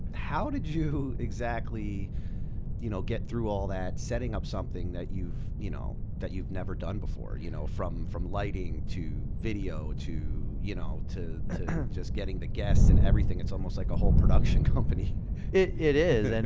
how did you exactly you know get through all that setting up something that you've you know that you've never done before? you know from from lighting, to video, to you know to just getting the guests and everything? it's almost like a whole production it is. and